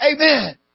Amen